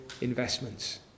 investments